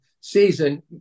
season